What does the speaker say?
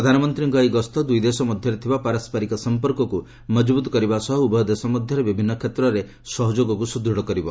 ପ୍ରଧାନମନ୍ତ୍ରୀଙ୍କ ଏହି ଗସ୍ତ ଦୁଇଦେଶ ମଧ୍ୟରେ ଥିବା ପାରସ୍କାରିକ ସମ୍ପର୍କକୁ ମଜବୁତ୍ କରିବା ସହ ଉଭୟ ଦେଶ ମଧ୍ୟରେ ବିଭିନ୍ନ କ୍ଷେତ୍ରରେ ସହଯୋଗକୁ ସୁଦୃତ କରିବ